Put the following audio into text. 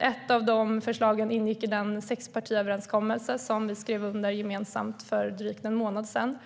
Ett av förslagen ingick i den sexpartiöverenskommelse som vi gemensamt skrev under för drygt en månad sedan